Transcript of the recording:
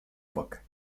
бок